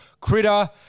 Critter